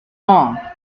wrong